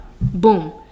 Boom